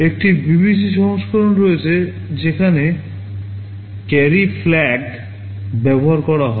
একটি BBC সংস্করণ রয়েছে যেখানে carry flag ব্যবহার করা হয়